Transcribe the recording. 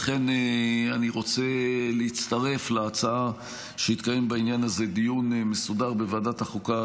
לכן אני רוצה להצטרף להצעה שיתקיים בעניין הזה דיון מסודר בוועדת החוקה,